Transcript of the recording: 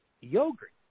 yogurt